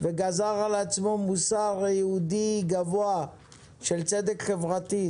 וגזר על עצמו מוסר יהודי גבוה של צדק חברתי.